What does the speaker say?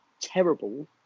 terrible